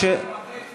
חוץ מאשר לתת במה?